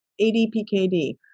ADPKD